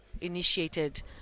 initiated